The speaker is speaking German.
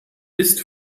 ist